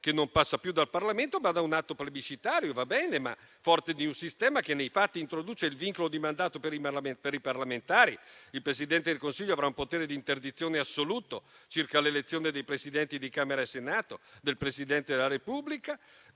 che passa non più dal Parlamento, ma da un atto plebiscitario. Va bene, ma forte di un sistema che, nei fatti, introduce il vincolo di mandato per i parlamentari. Il Presidente del Consiglio avrà un potere di interdizione assoluto circa l'elezione dei Presidenti di Camera e Senato, del Presidente della Repubblica,